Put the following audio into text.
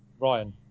Ryan